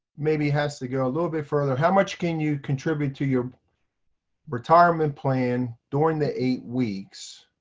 maybe has to go a little bit further how much can you contribute to your retirement plan during the eight weeks